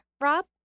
Rob